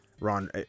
Ron